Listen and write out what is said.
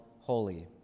Holy